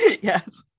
yes